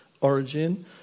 origin